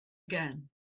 again